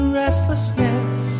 restlessness